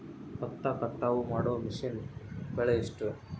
ಭತ್ತ ಕಟಾವು ಮಾಡುವ ಮಿಷನ್ ಬೆಲೆ ಎಷ್ಟು?